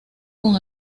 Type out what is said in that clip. con